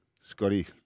Scotty